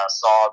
saw